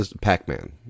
pac-man